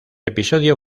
episodio